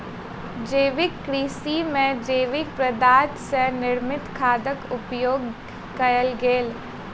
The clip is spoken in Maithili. जैविक कृषि में जैविक पदार्थ सॅ निर्मित खादक उपयोग कयल गेल